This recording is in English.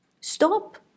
Stop